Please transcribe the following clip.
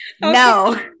No